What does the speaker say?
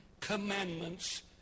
Commandments